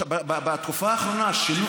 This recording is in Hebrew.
בתקופה האחרונה שינו,